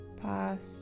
past